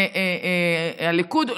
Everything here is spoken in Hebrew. הליכוד,